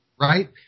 right